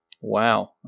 Wow